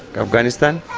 afghanistan.